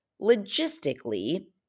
logistically